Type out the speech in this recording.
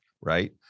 right